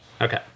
Okay